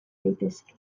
daitezke